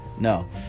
no